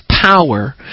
power